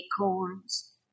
acorns